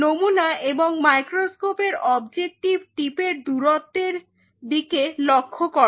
নমুনা এবং মাইক্রোস্কোপের অবজেক্টিভ টিপের দূরত্বের দিকে লক্ষ্য করো